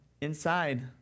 inside